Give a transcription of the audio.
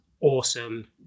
awesome